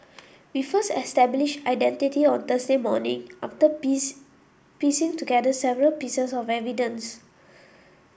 we first established identity on Thursday morning after piecing together several pieces of evidence